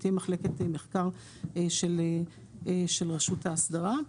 שתהיה מחלקת מחקר של רשות האסדרה.